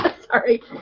Sorry